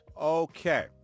okay